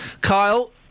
Kyle